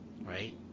Right